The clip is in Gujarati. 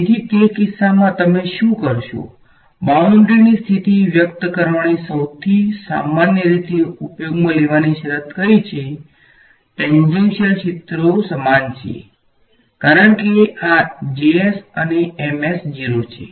તેથી તે કિસ્સામાં તમે શું કરશો બાઉંડ્રીની સ્થિતિ વ્યક્ત કરવાની સૌથી સામાન્ય રીતે ઉપયોગમાં લેવાતી શરત 0 છે